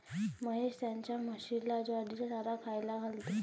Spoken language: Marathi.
महेश त्याच्या म्हशीला ज्वारीचा चारा खायला घालतो